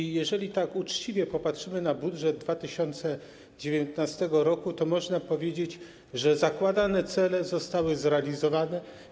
I jeżeli tak uczciwie popatrzymy na budżet 2019 r., to można powiedzieć, że zakładane cele zostały zrealizowane.